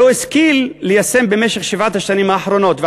שהוא לא השכיל ליישם במשך שבע השנים האחרונות.